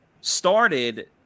started